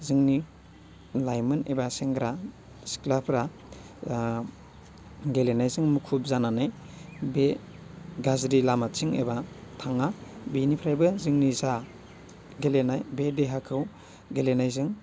जोंनि लाइमोन एबा सेंग्रा सिख्लाफ्रा गेलेनायजों मुखुब जानानै बे गाज्रि लामाथिं एबा थाङा बेनिफ्रायबो जोंनि जा गेलेनाय बे देहाखौ गेलेनायजों